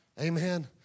Amen